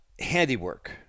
handiwork